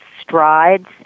strides